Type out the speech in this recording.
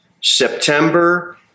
September